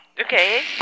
Okay